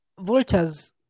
Vultures